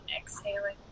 exhaling